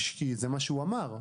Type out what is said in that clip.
כי זה מה שהוא אמר.